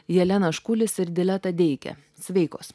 jeleną škulis ir diletą deikę sveikos